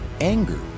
Anger